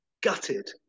Gutted